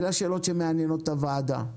אלה השאלות שמעניינות את הוועדה.